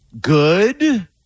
good